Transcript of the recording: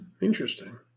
Interesting